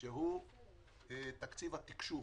שהוא תקציב התקצוב.